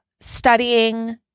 studying